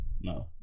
No